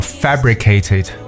fabricated